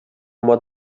oma